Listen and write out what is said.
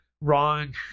wrong